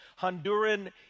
Honduran